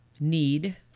need